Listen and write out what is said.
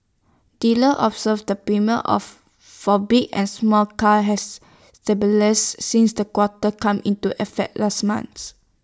dealers observed that premiums of for big and small cars has since the quota come into effect last month